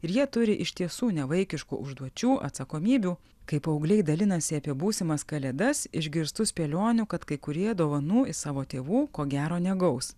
ir jie turi iš tiesų nevaikiškų užduočių atsakomybių kaip paaugliai dalinasi apie būsimas kalėdas išgirstu spėlionių kad kai kurie dovanų is savo tėvų ko gero negaus